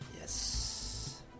Yes